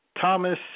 Thomas